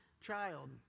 child